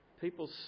People